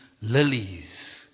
lilies